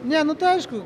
ne nu tai aišku